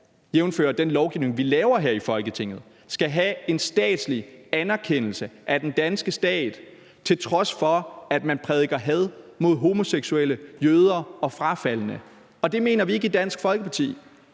jf. den lovgivning, vi laver her i Folketinget – skal have den danske stats anerkendelse, til trods for at man prædiker had mod homoseksuelle, jøder og frafaldne. Det mener vi ikke i Dansk Folkeparti;